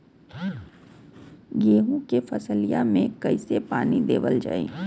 गेहूँक फसलिया कईसे पानी देवल जाई?